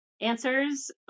answers